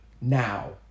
Now